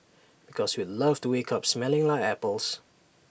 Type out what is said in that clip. because we'd love to wake up smelling like apples